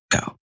go